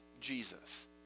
Jesus